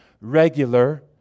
regular